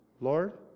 Lord